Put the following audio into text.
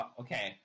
okay